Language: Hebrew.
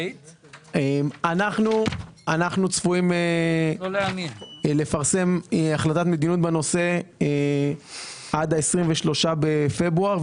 אנחנו צפויים לפרסם החלטת מדיניות בנושא עד ה-23 בפברואר,